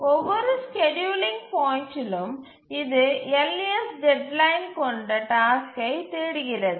ஒவ்வொரு ஸ்கேட்யூலிங் பாயிண்ட்டிலும் இது யர்லியஸ்டு டெட்லைன் கொண்ட டாஸ்க்கை தேடுகிறது